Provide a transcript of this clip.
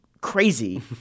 crazy